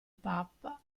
papa